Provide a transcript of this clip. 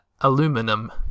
aluminum